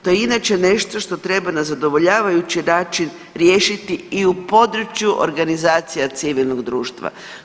To je inače nešto što treba na zadovoljavajući način riješiti i u području organizacija civilnog društva.